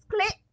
click